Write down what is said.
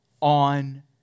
on